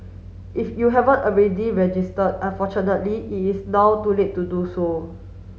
if you haven't already registered unfortunately it is now too late to do so